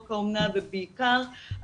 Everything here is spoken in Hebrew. הנוער אנחנו מקבלים דיווחים בעניינם לילדים על